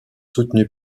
soutenu